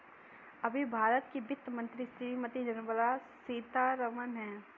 अभी भारत की वित्त मंत्री श्रीमती निर्मला सीथारमन हैं